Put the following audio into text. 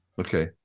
okay